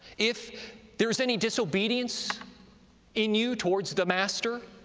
if there's any disobedience in you towards the master,